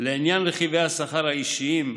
לעניין רכיבי השכר האישיים,